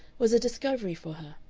was a discovery for her.